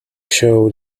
showed